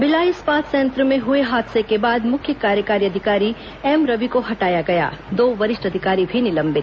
भिलाई इस्पात संयंत्र में हुए हादसे के बाद मुख्य कार्यकारी अधिकारीएम रवि को हटाया गया दो वरिष्ठ अधिकारी भी निलंबित